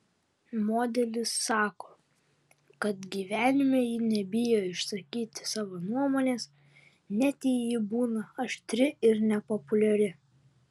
modelis sako kad gyvenime ji nebijo išsakyti savo nuomonės net jei ji būna aštri ir nepopuliari